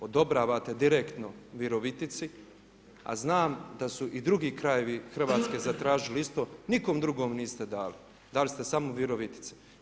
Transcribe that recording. Odobravate direktno Virovitici a znam da su i drugi krajevi Hrvatske zatražili isto, nikom drugom niste dali, dali ste samo Virovitici.